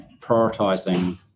prioritising